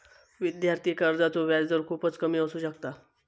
विद्यार्थी कर्जाचो व्याजदर खूपच कमी असू शकता